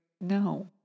No